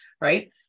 Right